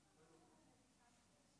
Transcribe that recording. ההצבעה: